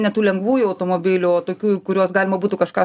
ne tų lengvųjų automobilių o tokių kuriuos galima būtų kažką